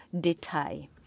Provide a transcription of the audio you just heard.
detail